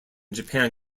japan